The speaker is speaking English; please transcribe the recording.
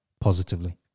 positively